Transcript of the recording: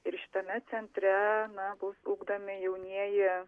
ir šitame centre na bus ugdomi jaunieji